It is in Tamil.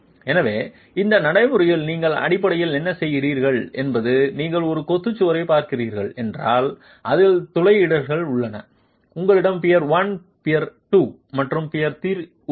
எனவே இந்த நடைமுறையில் நீங்கள் அடிப்படையில் என்ன செய்கிறீர்கள் என்பது நீங்கள் ஒரு கொத்து சுவரைப் பார்க்கிறீர்கள் என்றால் அதில் துளையிடல்கள் உள்ளன உங்களிடம் பியர் 1 பியர் 2 மற்றும் பியர் 3 உள்ளன